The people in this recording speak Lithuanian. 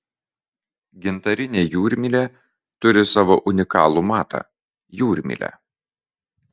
gintarinė jūrmylė turi savo unikalų matą jūrmylę